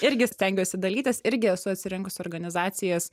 irgi stengiuosi dalytis irgi esu atsirinkusi organizacijas